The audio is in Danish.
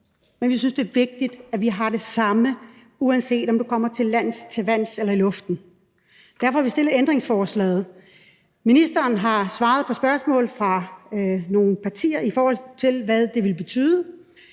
Men vi synes, det er vigtigt, at vi har den samme regel, uanset om du kommer til lands til vands eller i luften. Derfor har vi stillet ændringsforslaget. Ministeren har svaret på spørgsmål fra nogle partier om, hvad det ville betyde,